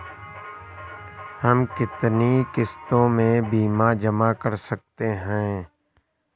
हम कितनी किश्तों में बीमा जमा कर सकते हैं?